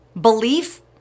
Belief